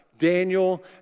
Daniel